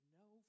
no